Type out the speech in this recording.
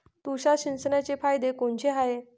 तुषार सिंचनाचे फायदे कोनचे हाये?